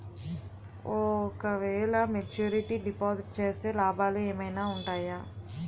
ఓ క వేల maturity deposit చేస్తే లాభాలు ఏమైనా ఉంటాయా?